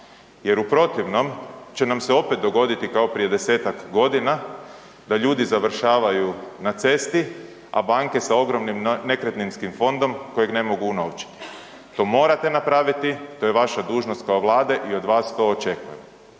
jer u protivnom će nam se opet dogoditi kao prije 10-tak godina da ljudi završavaju na cesti, a banke sa ogromnim nekretninskim fondom kojeg ne mogu unovčiti. To morate napraviti, to je vaša dužnost kao vlade i od vas to očekujem.